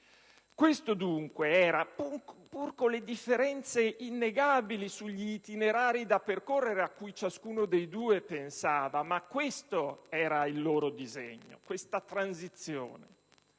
Questo dunque era, pur con le differenze innegabili sugli itinerari da percorrere ai quali ciascuno dei due pensava, il loro disegno di transizione.